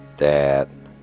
that